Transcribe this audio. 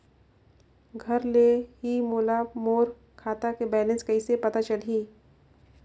घर ले ही मोला मोर खाता के बैलेंस कइसे पता चलही?